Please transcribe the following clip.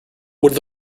would